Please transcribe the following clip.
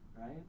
right